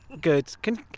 Good